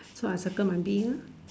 so I circle my bee ha